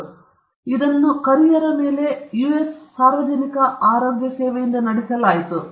ಮತ್ತು ಇದನ್ನು ಕರಿಯರ ಮೇಲೆ ಯುಎಸ್ ಸಾರ್ವಜನಿಕ ಆರೋಗ್ಯ ಸೇವೆಯಿಂದ ನಡೆಸಲಾಯಿತು